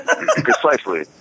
Precisely